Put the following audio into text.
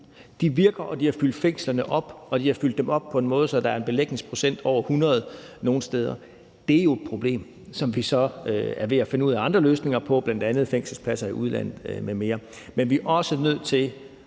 De virker, og det har fyldt fængslerne op, og det har fyldt dem op på en måde, så der nogle steder er en belægningsprocent på over 100. Det er jo et problem, som vi så er ved at finde ud af andre løsninger på, bl.a. fængselspladser i udlandet m.m. Men vi er også nødt til